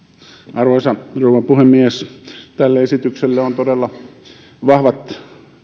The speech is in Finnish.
arvoisa rouva puhemies tälle esitykselle on todella vahvat